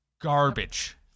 Garbage